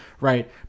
Right